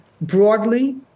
broadly